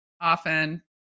Often